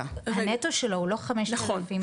הנטו שלו הוא לא 5,600 .